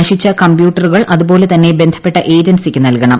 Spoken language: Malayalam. നശിച്ച കംപ്യൂട്ടറുകൾ അതുപോലെ തന്നെ ബന്ധപ്പെട്ട ഏജൻസിക്ക് നല്കണം